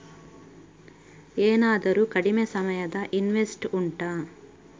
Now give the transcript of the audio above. ಏನಾದರೂ ಕಡಿಮೆ ಸಮಯದ ಇನ್ವೆಸ್ಟ್ ಉಂಟಾ